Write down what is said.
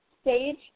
stage